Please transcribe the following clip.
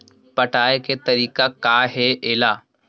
पटाय के तरीका का हे एला?